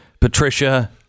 Patricia